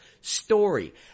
story